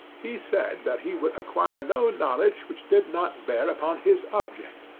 he said that he would acquire no knowledge which did not bear upon his object.